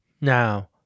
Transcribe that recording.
Now